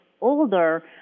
older